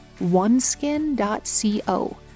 oneskin.co